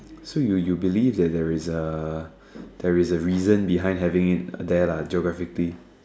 so you you believe that there is a there is a reason behind having it there lah geographically